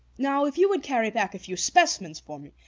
now, if you would carry back a few specimens for me,